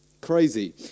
crazy